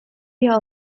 wir